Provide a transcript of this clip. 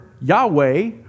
Yahweh